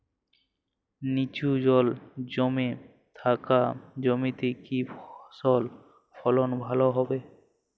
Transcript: নিচু জল জমে থাকা জমিতে কি ফসল ফলন ভালো হবে?